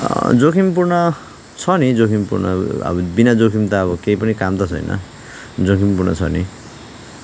जोखिमपूर्ण छ नि जोखिमपूर्ण अब बिना जखिम त अब केही पनि काम त छैैन जोखिमपूर्ण छ नि